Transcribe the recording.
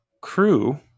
crew